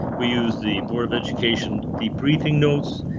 we use the board of education debriefing notes,